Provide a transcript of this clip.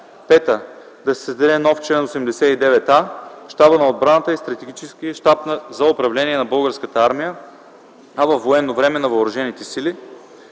5. Да се създаде нов чл. 89а: „Чл. 89а. Щабът на отбраната е стратегически щаб за управление на Българската армия, а във военно време на въоръжените сили”.